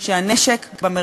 גנב נשק שהיה